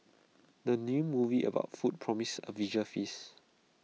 the new movie about food promises A visual feast